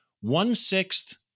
one-sixth